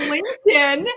LinkedIn